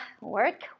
Work